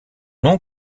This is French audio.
nom